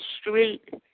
street